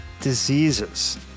diseases